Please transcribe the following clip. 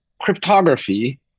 Cryptography